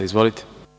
Izvolite.